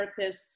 therapists